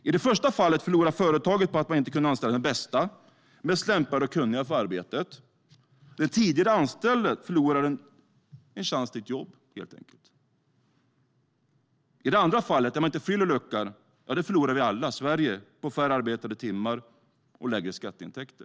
I det första fallet förlorar företaget på att inte kunna anställa den bästa, mest lämpade och kunniga för arbetet. Och den tidigare anställde förlorar helt enkelt en chans till ett jobb. I det andra fallet, då man inte fyller luckan, förlorar vi alla, Sverige, på färre arbetade timmar och lägre skatteintäkter.